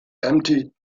empty